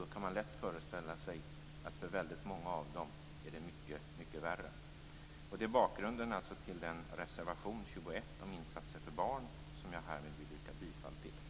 Då kan man lätt föreställa sig att det för många av dem är mycket, mycket värre. Detta är bakgrunden till reservation 21 om insatser för barn, som jag härmed vill yrka bifall till.